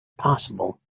possible